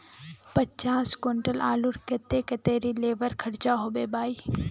पचास कुंटल आलूर केते कतेरी लेबर खर्चा होबे बई?